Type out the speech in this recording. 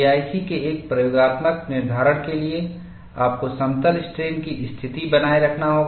KIC के एक प्रयोगात्मक निर्धारण के लिए आपको समतल स्ट्रेन की स्थिति बनाए रखना होगा